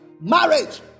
marriage